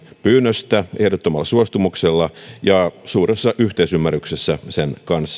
pyynnöstä ja ehdottomalla suostumuksella ja suuressa yhteisymmärryksessä sen kanssa suomen ohella